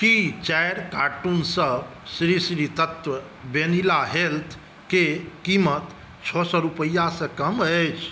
की चारि कार्टनसभ श्री श्री तत्त्व वेनिला हेल्थके कीमत छओ सए रुपैआसँ कम अछि